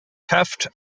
taft